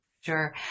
Sure